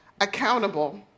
accountable